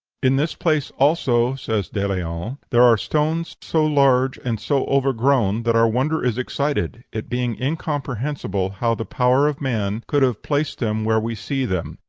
in this place, also, says de leon, there are stones so large and so overgrown that our wonder is excited, it being incomprehensible how the power of man could have placed them where we see them.